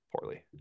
poorly